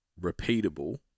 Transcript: repeatable